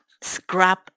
scrub